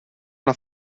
una